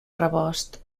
rebost